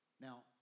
Now